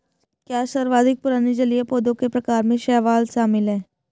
क्या सर्वाधिक पुराने जलीय पौधों के प्रकार में शैवाल शामिल है?